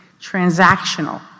transactional